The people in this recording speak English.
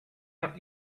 out